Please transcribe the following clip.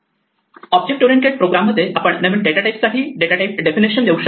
object oriented program मध्ये आपण नवीन डेटा टाईप साठी डेटा टाइप डेफिनेशन देऊ शकतो